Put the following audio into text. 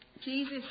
Jesus